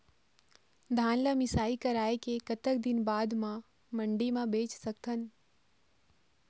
धान ला मिसाई कराए के कतक दिन बाद मा मंडी मा बेच सकथन?